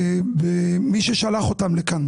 במי ששלח אותם לכאן.